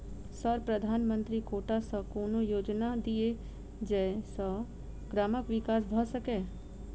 Sir प्रधानमंत्री quota सऽ कोनो योजना दिय जै सऽ ग्रामक विकास भऽ सकै?